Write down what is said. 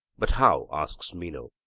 but how, asks meno,